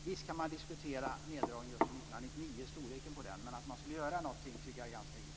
Visst kan man diskutera storleken på neddragningen för 1999, men jag tycker att det är ganska givet att man skulle göra någonting.